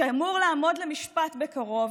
שאמור לעמוד למשפט בקרוב,